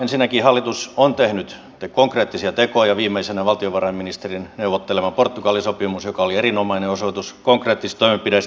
ensinnäkin hallitus on tehnyt konkreettisia tekoja viimeisenä valtiovarainministerin neuvottelema portugali sopimus joka oli erinomainen osoitus konkreettisesta toimenpiteestä